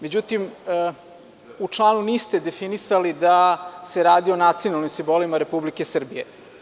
Međutim, u članu niste definisali da se radi o nacionalnim simbolima Republike Srbije.